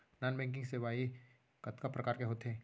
non banking सेवाएं कतका प्रकार के होथे